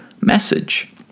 message